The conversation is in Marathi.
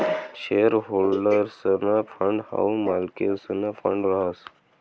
शेअर होल्डर्सना फंड हाऊ मालकेसना फंड रहास